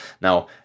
now